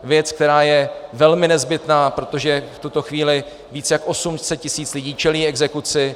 Věc, která je velmi nezbytná, protože v tuto chvíli více jak 800 tisíc lidí čelí exekuci.